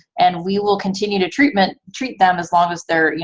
and we will continue to treat but treat them as long as they're, you